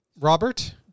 Robert